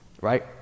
right